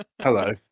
Hello